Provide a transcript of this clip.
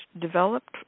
developed